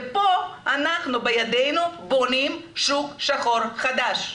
ופה אנחנו בידינו בונים שוק שחור חדש.